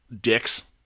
dicks